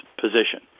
position